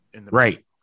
Right